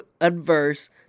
adverse